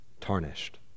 tarnished